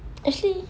actually